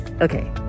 okay